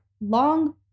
long